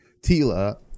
Tila